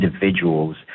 individuals